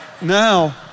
now